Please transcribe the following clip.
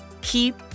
keep